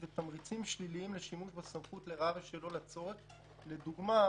ויש כאלה שרואים את הבחירות קרבות ולא רוצים שהכול יתחיל מהתחלה,